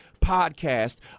podcast